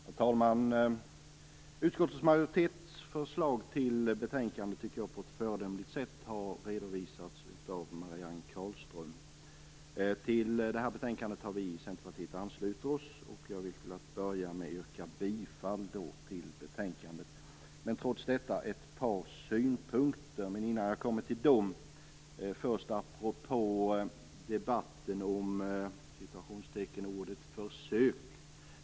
Herr talman! Utskottsmajoritetens förslag till betänkande har på ett föredömligt sätt redovisats av Marianne Carlström. Vi i Centerpartiet har anslutit oss till betänkandet. Jag vill börja med att yrka bifall till hemställan i betänkandet. Trots detta har jag ett par synpunkter. Men innan jag kommer till dem vill jag säga något apropå debatten om ordet "försök".